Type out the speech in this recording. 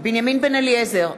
בנימין בן-אליעזר,